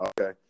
Okay